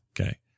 Okay